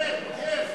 כן, כן.